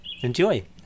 Enjoy